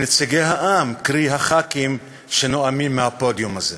לנציגי העם, קרי הח"כים שנואמים מהפודיום הזה.